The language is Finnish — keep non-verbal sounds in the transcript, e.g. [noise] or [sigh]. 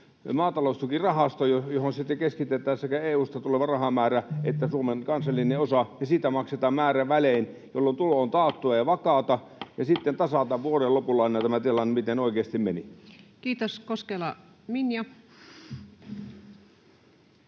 maataloustukirahasto, johon sitten keskitetään sekä EU:sta tuleva rahamäärä että Suomen kansallinen osa ja josta maksetaan määrävälein, [noise] jolloin tulo on taattua ja vakaata, ja sitten tasataan vuoden lopulla aina tämä tilanne, [noise] miten se oikeasti meni? Kiitos. — Koskela, Minja.